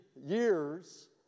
years